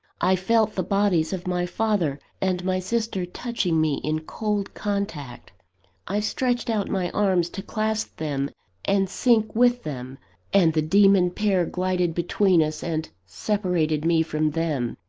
i felt the bodies of my father and my sister touching me in cold contact i stretched out my arms to clasp them and sink with them and the demon pair glided between us, and separated me from them.